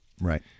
Right